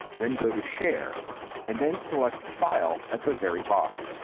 then go to share and then select file at the very bottom.